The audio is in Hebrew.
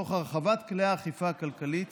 תוך הרחבת כלי האכיפה הכלכלית